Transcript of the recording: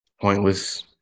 pointless